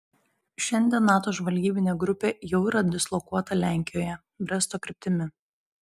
šiandien nato žvalgybinė grupė jau yra dislokuota lenkijoje bresto kryptimi